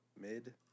mid